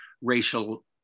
racial